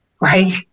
right